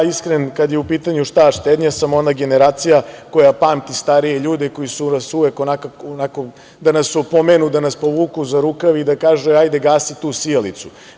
Iskreno, kada je u pitanju šta štednja, sam ona generacija koja pamti starije ljude koji su nas uvek onako da nas opomenu, da nas povuku za rukav i da kažu - e, hajde, gasi tu sijalicu.